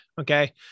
okay